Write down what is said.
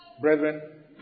Brethren